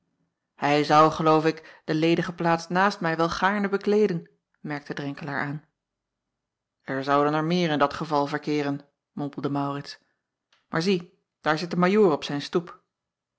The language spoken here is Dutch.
ij zou geloof ik de ledige plaats naast mij wel gaarne bekleeden merkte renkelaer aan r zouden er meer in dat geval verkeeren mompelde aurits maar zie daar zit de ajoor op zijn stoep